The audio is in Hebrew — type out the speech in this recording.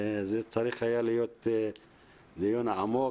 זה צריך היה להיות דיון עמוק.